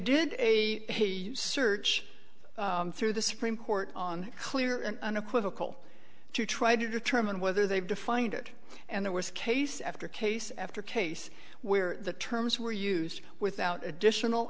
did a search through the supreme court on clear and unequivocal to try to determine whether they've defined it and the worst case after case after case where the terms were used without additional